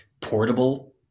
portable